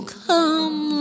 come